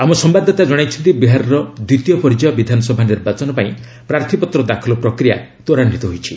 ଆମ ସମ୍ଭାଦଦାତା ଜଣାଇଛନ୍ତି ବିହାରର ଦ୍ୱିତୀୟ ପର୍ଯ୍ୟାୟ ବିଧାନସଭା ନିର୍ବାଚନ ପାଇଁ ପ୍ରାର୍ଥୀପତ୍ର ଦାଖଲ ପ୍ରକ୍ରିୟା ତ୍ୱରାନ୍ଧିତ ହୋଇଛି